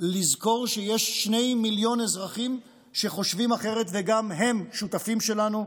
לזכור שיש שני מיליון אזרחים שחושבים אחרת וגם הם שותפים שלנו,